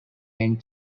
and